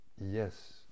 Yes